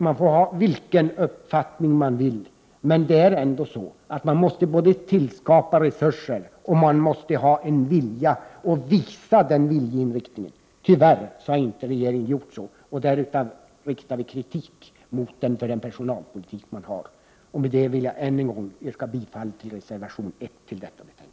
Man får ha vilken uppfattning man vill, men man måste både tillskapa resurser och ha en vilja att visa denna viljeinriktning. Tyvärr har regeringen inte gjort det. Därför riktar vi kritik mot regeringen för dess personalpolitik. Med det anförda vill jag än en gång yrka bifall till reservation 1 som är fogad till detta betänkande.